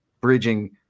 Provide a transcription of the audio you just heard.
bridging